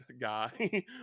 guy